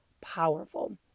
powerful